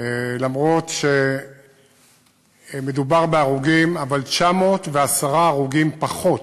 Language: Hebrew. אומנם מדובר בהרוגים, אבל 910 הרוגים פחות